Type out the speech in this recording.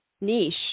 niche